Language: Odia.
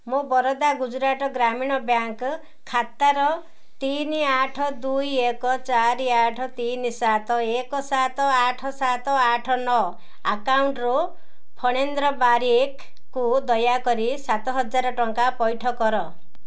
ମୋ ବରୋଦା ଗୁଜୁରାଟ ଗ୍ରାମୀଣ ବ୍ୟାଙ୍କ୍ ଖାତାର ତିନି ଆଠ ଦୁଇ ଏକ ଚାରି ଆଠ ତିନି ସାତ ଏକ ସାତ ଆଠ ସାତ ଆଠ ନଅ ଆକାଉଣ୍ଟରୁ ଫଣେନ୍ଦ୍ର ବାରିକ୍କୁ ଦୟାକରି ସାତହଜାର ଟଙ୍କା ପଇଠ କର